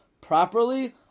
properly